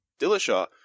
dillashaw